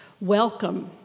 Welcome